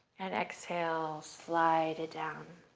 and exhale. slide it down.